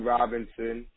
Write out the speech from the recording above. Robinson